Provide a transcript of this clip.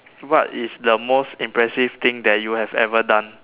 what is the most impressive thing that you have ever done